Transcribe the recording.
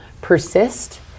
persist